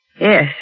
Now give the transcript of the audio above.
Yes